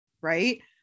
right